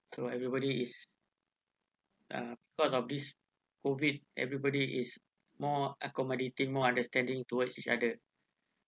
so everybody is uh because of this COVID everybody is more accommodating more understanding towards each other